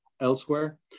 elsewhere